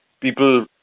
People